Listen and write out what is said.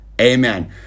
Amen